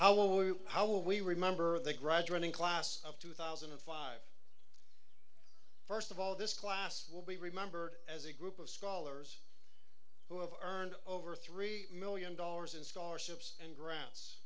how we remember the graduating class of two thousand and five first of all this class will be remembered as a group of scholars who have earned over three million dollars in scholarships and grants